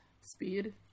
Speed